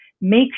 make